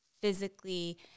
physically